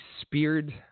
speared